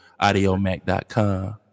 AudioMac.com